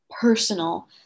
personal